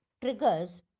triggers